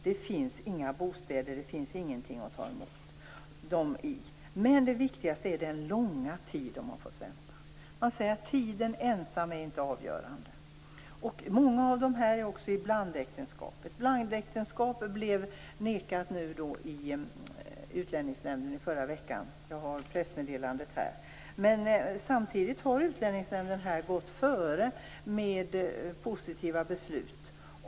Där finns inga bostäder och inga mottagningsmöjligheter för dem. Men det viktigaste är den långa tid som de har fått vänta, även om man säger att tiden ensam inte är avgörande. Många av dem har också ingått i blandäktenskap. I förra veckan nekades tillstånd avseende ett blandäktenskap i Utlänningsnämnden. Jag har pressmeddelandet här i min hand. Samtidigt har Utlänningsnämnden gått före med positiva beslut.